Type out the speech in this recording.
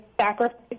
sacrifice